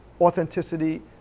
authenticity